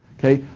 okay?